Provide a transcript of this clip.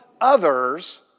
others